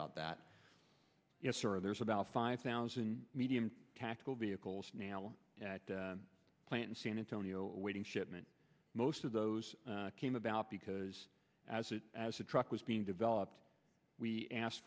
about that there's about five thousand medium tactical vehicles now plant in san antonio awaiting shipment most of those came about because as a as a truck was being developed we asked